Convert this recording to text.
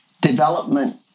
development